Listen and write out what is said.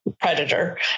predator